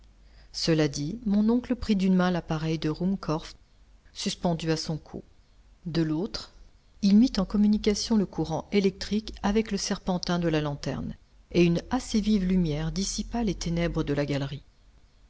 cela dit mon oncle prit d'une main l'appareil de ruhmkorff suspendu a son cou de l'autre il mit en communication le courant électrique avec le serpentin de la lanterne et une assez vive lumière dissipa les ténèbres de la galerie